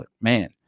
man